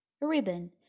Ribbon